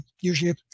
usually